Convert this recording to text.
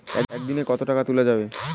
একদিন এ কতো টাকা তুলা যাবে?